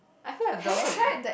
I feel like Velvet is bet~